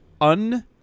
un